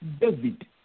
David